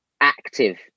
Active